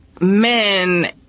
men